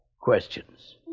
questions